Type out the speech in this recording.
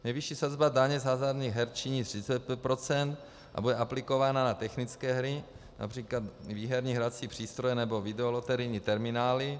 Nejvyšší sazba z hazardních her činí 35 % a bude aplikována na technické hry, například výherní hrací přístroje nebo videoloterijní terminály.